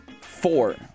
Four